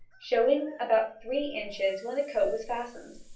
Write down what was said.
showing about three inches when the coat was fastened.